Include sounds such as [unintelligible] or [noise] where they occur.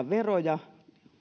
[unintelligible] veroja